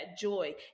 joy